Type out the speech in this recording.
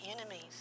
enemies